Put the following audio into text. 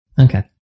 Okay